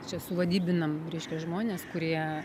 čia suvadybinam reiškia žmones kurie